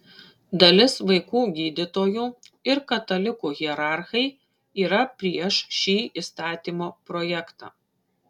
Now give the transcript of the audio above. dalis vaikų gydytojų ir katalikų hierarchai yra prieš šį įstatymo projektą